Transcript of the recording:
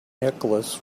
nicholas